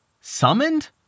Summoned